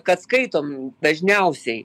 kad skaitom dažniausiai